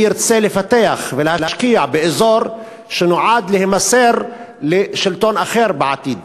מי ירצה לפתח ולהשקיע באזור שנועד להימסר לשלטון אחר בעתיד?